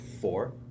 four